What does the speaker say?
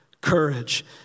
courage